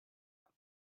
know